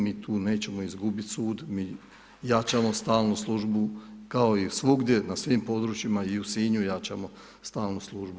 Mi tu nećemo izgubiti sud, mi jačamo stalnu službu kao i svugdje na svim područjima i u Sinju jačamo stalnu službu.